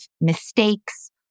mistakes